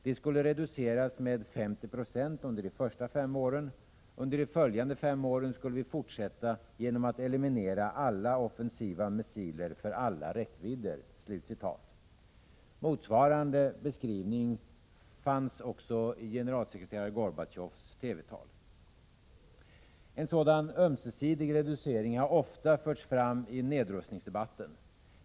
De skulle reduceras med 50 96 under de första fem åren. Under de följande fem åren skulle vi fortsätta genom att eliminera alla offensiva missiler för alla räckvidder. Motsvarande beskrivning fanns också i generalsekreterare Gorbatjovs TV-tal. En sådan ömsesidig reducering har ofta förts fram i nedrustningsdebatten.